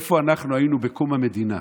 איפה היינו בקום המדינה?